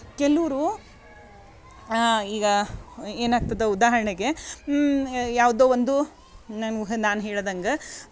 ಕೆಲವ್ರು ಈಗ ಏನಾಗ್ತದೆ ಉದಾಹರಣೆಗೆ ಯಾವುದೋ ಒಂದು ನನ್ನ ನಾನು ಹೇಳ್ದಂಗೆ